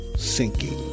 sinking